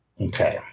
Okay